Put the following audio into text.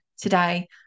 today